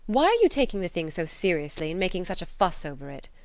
why are you taking the thing so seriously and making such a fuss over it?